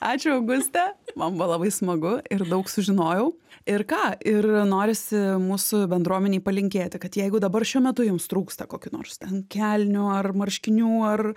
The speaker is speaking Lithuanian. ačiū auguste man buvo labai smagu ir daug sužinojau ir ką ir norisi mūsų bendruomenei palinkėti kad jeigu dabar šiuo metu jums trūksta kokių nors ten kelnių ar marškinių ar